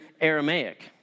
Aramaic